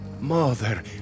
Mother